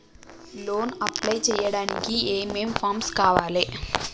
Loan apply చేయడానికి ఏం ఏం ఫామ్స్ కావాలే?